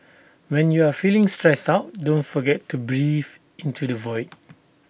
when you are feeling stressed out don't forget to breathe into the void